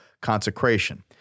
consecration